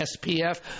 SPF